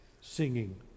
singing